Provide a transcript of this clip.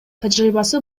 тажрыйбасы